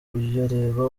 kuyareba